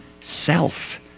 self